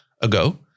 ago